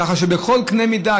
ככה שבכל קנה מידה,